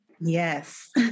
Yes